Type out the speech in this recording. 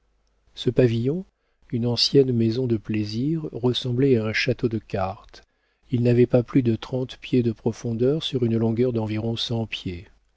ce pavillon une ancienne maison de plaisir ressemblait à un château de cartes il n'avait pas plus de trente pieds de profondeur sur une longueur d'environ cent pieds